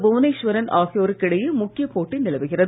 புவனேஸ்வரன் ஆகியோருக்கு இடையே முக்கிய போட்டி நிலவுகிறது